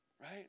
right